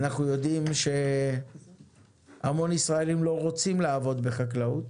אנחנו יודעים שהמון ישראלים לא רוצים לעבוד בחקלאות